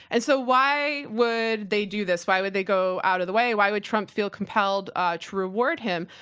and so why would they do this? why would they go out of the way? why would trump feel compelled ah to reward him?